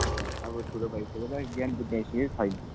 हुनु त अब ठुलो भइसक्यो त ज्ञान बुद्धि आइसकेको छैन